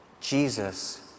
Jesus